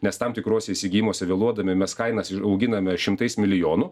nes tam tikros įsigyjimuose vėluodami mes kainas auginame šimtais milijonų